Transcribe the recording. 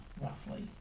roughly